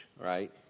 right